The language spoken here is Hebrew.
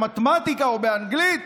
במתמטיקה או באנגלית?